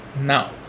now